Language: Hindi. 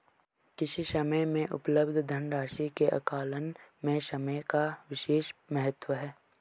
किसी समय में उपलब्ध धन राशि के आकलन में समय का विशेष महत्व है